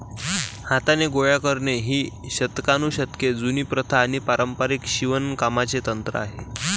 हाताने गोळा करणे ही शतकानुशतके जुनी प्रथा आणि पारंपारिक शिवणकामाचे तंत्र आहे